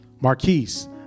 Marquise